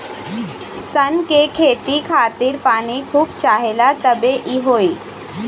सन के खेती खातिर पानी खूब चाहेला तबे इ होई